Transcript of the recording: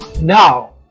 Now